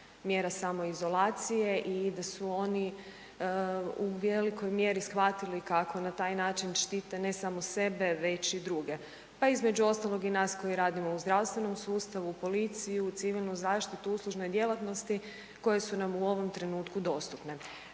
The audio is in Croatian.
mjera samoizolacije i da su oni u velikoj mjeri shvatili kako na taj način štite ne samo sebe već i druge, pa između ostalog i nas koji radimo u zdravstvenom sustavu, policiju, civilnu zaštitu, uslužne djelatnosti koje su nam u ovom trenutku dostupne.